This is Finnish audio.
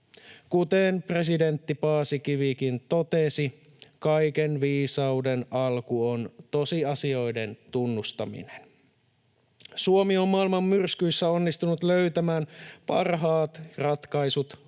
Kuten presidentti Paasikivikin totesi: ”Kaiken viisauden alku on tosiasioiden tunnustaminen.” Suomi on maailman myrskyissä onnistunut löytämään parhaat ratkaisut